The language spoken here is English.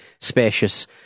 spacious